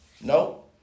No